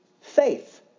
Faith